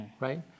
right